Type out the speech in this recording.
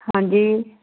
ਹਾਂਜੀ